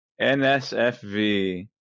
NSFV